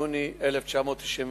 מיוני 1995,